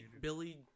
Billy